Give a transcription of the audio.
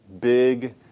big